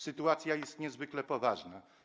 Sytuacja jest niezwykle poważna.